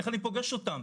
איך אני פוגש אותם?